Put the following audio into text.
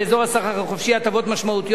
מוקנות לאזור הסחר החופשי הטבות משמעותיות